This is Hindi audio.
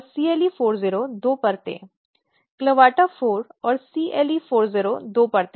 clavata1 और cle40 दो परतें clavata4 और cle40 दो परतें